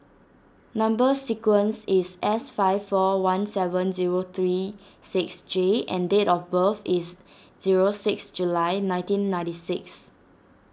Number Sequence is S five four one seven zero three six J and date of birth is zero six July nineteen ninety six